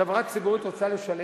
חברה ציבורית רוצה לשלם?